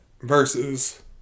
versus